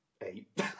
eight